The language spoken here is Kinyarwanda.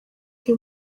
iyo